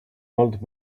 old